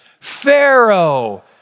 Pharaoh